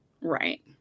Right